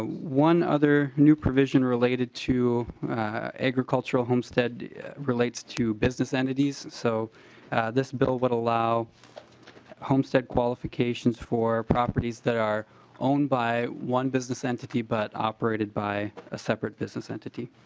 ah one other new provision related to agricultural homestead relates to business entities. so this bill would allow homestead qualifications for properties that are owned by one business entity but operated by a separate business entity.